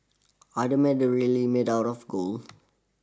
are the medals really made out of gold